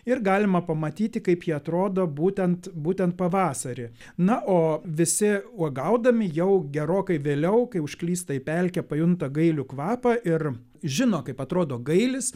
ir galima pamatyti kaip jie atrodo būtent būtent pavasarį na o visi uogaudami jau gerokai vėliau kai užklysta į pelkę pajunta gailių kvapą ir žino kaip atrodo gailis